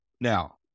Now